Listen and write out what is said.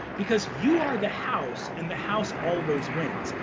because you are the house and the house always wins.